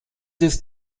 ist